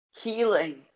Healing